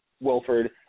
Wilford